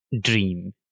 dream